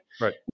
Right